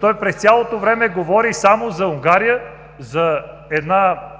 г. През цялото време говори само за Унгария, за една